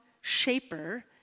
shaper